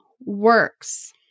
works